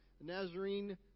Nazarene